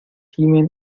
gimen